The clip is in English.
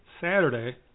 Saturday